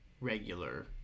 regular